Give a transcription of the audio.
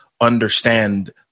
understand